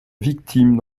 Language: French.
victime